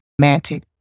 romantic